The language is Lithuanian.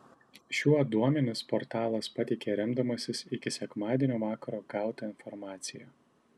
šiuo duomenis portalas pateikė remdamasis iki sekmadienio vakaro gauta informacija